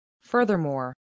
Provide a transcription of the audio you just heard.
Furthermore